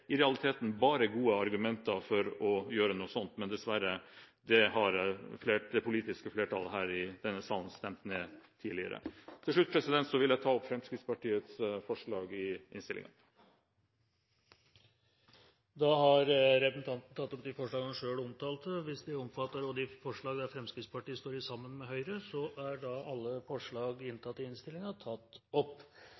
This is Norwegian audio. i realiteten bare gode argumenter for å gjøre noe slikt, men dessverre: Det har det politiske flertallet her i denne salen stemt ned tidligere. Til slutt vil jeg ta opp de forslagene i innstillingen Fremskrittspartiet står alene om, og de vi er sammen med Høyre om. Representanten Øyvind Korsberg har tatt opp de forslagene han refererte til. Alle mammaer og pappaer, alle besteforeldre og alle